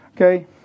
Okay